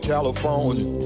California